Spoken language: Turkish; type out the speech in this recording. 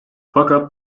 fakat